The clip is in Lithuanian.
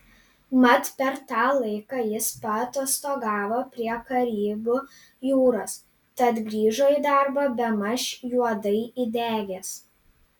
mat per tą laiką jis paatostogavo prie karibų jūros tad grįžo į darbą bemaž juodai įdegęs